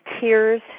Tears